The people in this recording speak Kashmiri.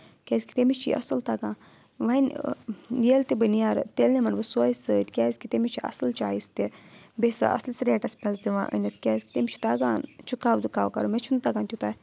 کیازکہِ تٔمِس چھِ یہِ اَصٕل تَگان وۄنۍ ییٚلہِ تہِ بہٕ نیرٕ تیٚلہِ نِمَن بہٕ سوے سۭتۍ کیٛازِکہِ تٔمِس چھِ اَصٕل چویِس تہِ بیٚیہِ سۄ اَصلِس ریٹَس دِوان أنِتھ کیٛازِکہِ تٔمِس چھُ تَگان چُکاو دُکاو کَرُن مےٚ چھُنہٕ تَگان تیوٗتاہ